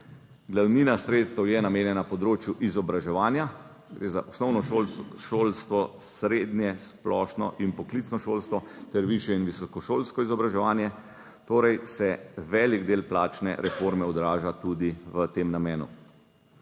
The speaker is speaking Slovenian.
Glavnina sredstev je namenjena področju izobraževanja gre za osnovno šolstvo, srednje, splošno in poklicno šolstvo ter višje in visokošolsko izobraževanje, torej se velik del plačne reforme odraža tudi v tem namenu.